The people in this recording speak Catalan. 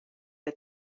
que